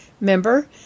Member